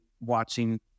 watching